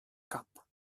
cup